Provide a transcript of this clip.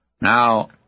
Now